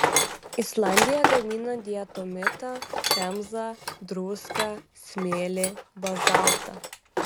islandija gamina diatomitą pemzą druską smėlį bazaltą